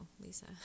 Lisa